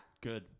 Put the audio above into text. Good